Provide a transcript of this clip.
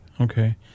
Okay